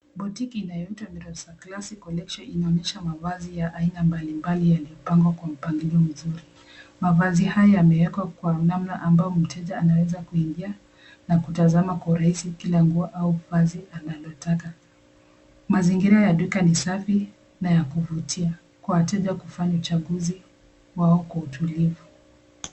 Boutique inayoitwa Mirosa Classy Collection inaoyesha mavazi ya aina mbalimbali yaliyopangwa kwa mpangilio mzuri. Mavazi haya yamewekwa kwa namna ambayo mteja anaweza kuingia, na kutazama kwa urahisi kila nguo au vazi analotaka. Mazingira ya duka ni safi, na ya kuvutia, kwa wateja kufanya uchaguzi wao kwa utulivu.